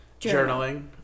journaling